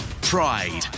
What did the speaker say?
pride